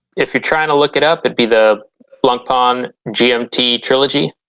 if you're trying to look it up, it be the blancpain gmt trilogy.